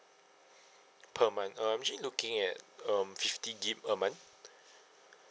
per month uh I'm actually looking at um fifty gig a month